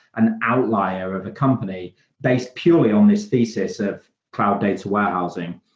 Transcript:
an outlier of a company based purely on this thesis of cloud data warehousing.